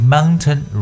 Mountain